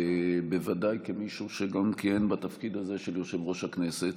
בוודאי כאל מישהו שגם כיהן בתפקיד הזה של יושב-ראש הכנסת.